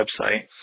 website